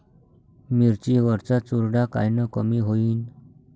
मिरची वरचा चुरडा कायनं कमी होईन?